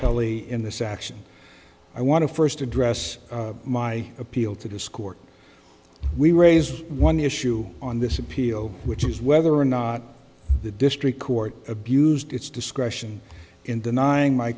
wholly in this action i want to first address my appeal to discord we raised one issue on this appeal which is whether or not the district court abused its discretion in denying my